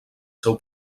seu